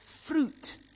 Fruit